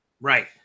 Right